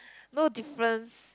no difference